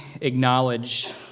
acknowledge